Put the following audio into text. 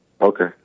Okay